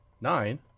nine